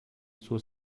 suo